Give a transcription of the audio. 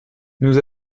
nous